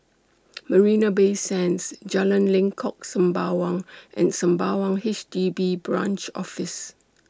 Marina Bay Sands Jalan Lengkok Sembawang and Sembawang H D B Branch Office